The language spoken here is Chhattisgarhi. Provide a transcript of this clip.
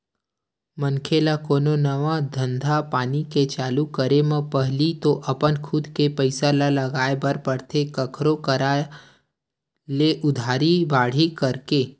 मनखे ल कोनो नवा धंधापानी के चालू करे म पहिली तो अपन खुद के पइसा ल लगाय बर परथे कखरो करा ले उधारी बाड़ही करके